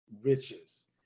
riches